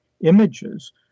images